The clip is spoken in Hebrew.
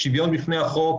לאזרח.